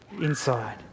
inside